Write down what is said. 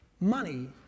Money